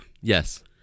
yes